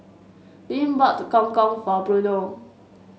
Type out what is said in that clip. Lynn bought Gong Gong for Bruno